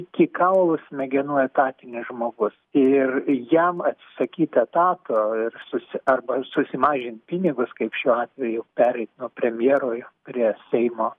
iki kaulų smegenų etatinis žmogus ir jam atsisakyt etato ir susi arba susimažint pinigus kaip šiuo atveju pereit nuo premjerui prie seimo